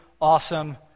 awesome